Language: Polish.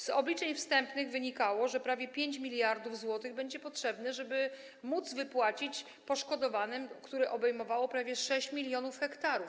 Z obliczeń wstępnych wynikało, że prawie 5 mld zł będzie potrzebne, żeby móc wypłacić poszkodowanym, a susza obejmowała prawie 6 mln ha.